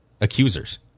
accusers